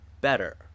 better